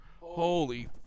Holy